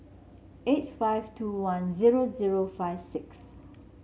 eight five two one zero zero five six